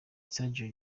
sergio